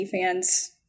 fans